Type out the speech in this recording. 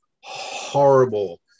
horrible